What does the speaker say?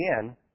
again